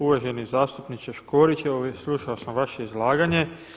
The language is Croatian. Uvaženi zastupniče Škorić, evo slušao sam vaše izlaganje.